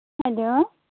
hello